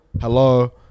hello